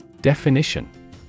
Definition